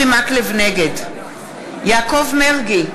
נגד יעקב מרגי,